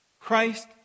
Christ